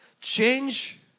change